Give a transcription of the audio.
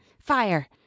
Fire